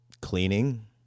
Cleaning